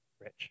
rich